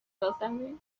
واسمون